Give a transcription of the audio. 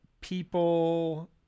people